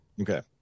Okay